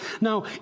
Now